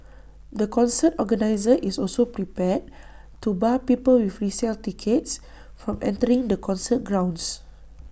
the concert organiser is also prepared to bar people with resale tickets from entering the concert grounds